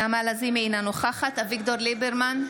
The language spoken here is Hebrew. אינה נוכחת אביגדור ליברמן,